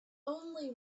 only